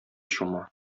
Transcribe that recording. чума